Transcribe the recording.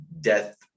death